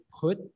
put